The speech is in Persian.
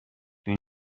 این